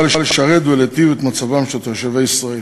לשרת ולהיטיב את מצבם של תושבי ישראל.